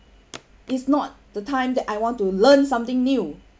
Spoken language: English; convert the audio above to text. it's not the time that I want to learn something new